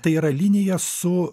tai yra linija su